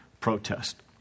protest